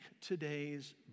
today's